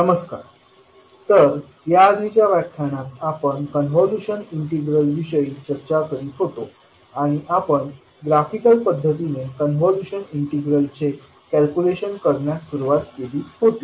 नमस्कार तर याआधीच्या व्याख्यानात आपण कॉन्व्होल्यूशन इंटिग्रल विषयी चर्चा करीत होतो आणि आपण ग्राफिकल पध्दतीने कॉन्व्होल्यूशन इंटिग्रलचे कॅल्क्युलेशन करण्यास सुरुवात केली होती